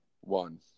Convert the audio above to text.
One